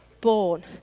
born